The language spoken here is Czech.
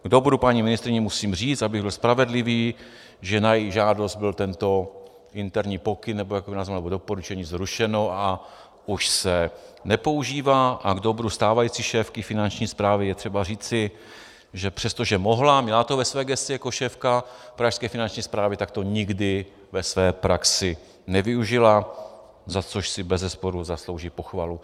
K dobru paní ministryně musím říct, abych byl spravedlivý, že na její žádost byl tento interní pokyn, nebo jak to nazvat, doporučení zrušeno a už se nepoužívá a k dobru stávající šéfky Finanční správy je třeba říci, že přestože mohla, měla to ve své gesci jako šéfka pražské Finanční správy, tak to nikdy ve své praxi nevyužila, za což si bezesporu zaslouží pochvalu.